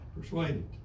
Persuaded